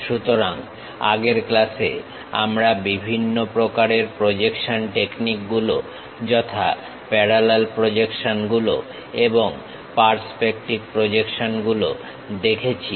সুতরাং আগের ক্লাসে আমরা বিভিন্ন প্রকারের প্রজেকশন টেকনিক গুলো যথা প্যারালাল প্রজেকশন গুলো এবং পার্সপেক্টিভ প্রজেকশন গুলো দেখেছি